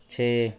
ਛੇ